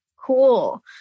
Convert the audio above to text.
Cool